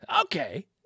Okay